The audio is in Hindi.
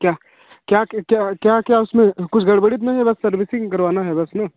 क्या क्या क्या क्या उसमें कुछ गड़बड़ी है बस सर्विसिंग करवाना है बस ना